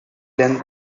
length